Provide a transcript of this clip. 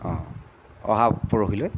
অঁ অহা পৰহিলৈ